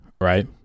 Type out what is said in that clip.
right